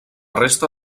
resta